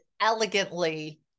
elegantly